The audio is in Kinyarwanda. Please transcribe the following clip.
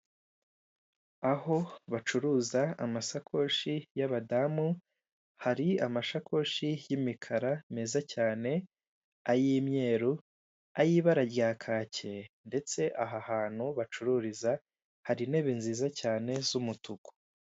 Aho bacuruza amasakoshi y'abadamu hari amashakoshi y'imikara meza cyane, ay'imyeru, ay'ibara rya kake ndetse aha hantu bacururiza hari intebe nziza cyane z'umutuku.